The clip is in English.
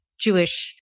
Jewish